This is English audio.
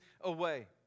away